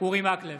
אורי מקלב,